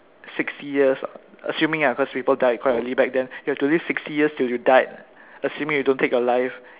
sixty years assuming lah because people die quite early back then you'll have to live sixty years till you die assuming you don't take your life